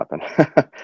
happen